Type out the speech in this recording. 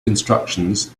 instructions